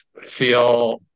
feel